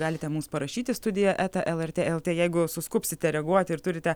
galite mums parašyti studija eta lrt lt jeigu suskubsite reaguoti ir turite